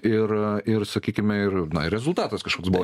ir ir sakykime ir na rezultatas kažkoks buvo